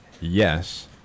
yes